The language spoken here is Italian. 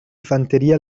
fanteria